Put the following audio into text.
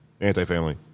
Anti-family